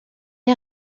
est